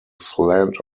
slant